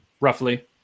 Roughly